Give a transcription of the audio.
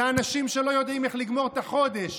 אלה אנשים שלא יודעים איך לגמור את החודש,